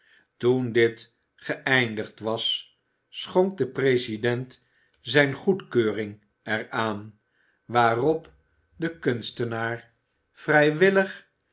toen dit geëindigd was schonk de president zijne goedkeuring er aan waarop de kunstenaar vrijwillig